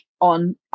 on